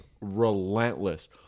Relentless